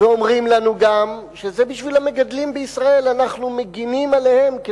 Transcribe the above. זה לא נכון.